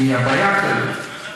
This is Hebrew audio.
הבעיה כללית.